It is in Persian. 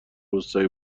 روستایی